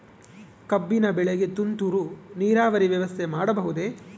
ಕಬ್ಬಿನ ಬೆಳೆಗೆ ತುಂತುರು ನೇರಾವರಿ ವ್ಯವಸ್ಥೆ ಮಾಡಬಹುದೇ?